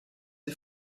sie